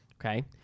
Okay